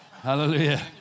Hallelujah